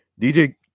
DJ